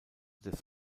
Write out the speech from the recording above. des